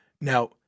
Now